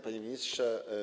Panie Ministrze!